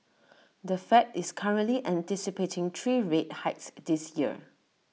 the fed is currently anticipating three rate hikes this year